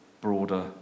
broader